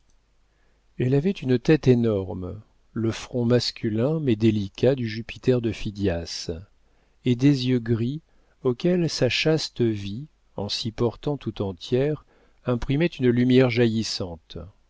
elle avait une tête énorme le front masculin mais délicat du jupiter de phidias et des yeux gris auxquels sa chaste vie en s'y portant tout entière imprimait une lumière jaillissante